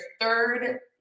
third